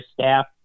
staff